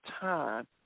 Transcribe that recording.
time